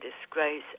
disgrace